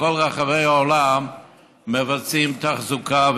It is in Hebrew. בכל רחבי העולם מבצעים תחזוקה,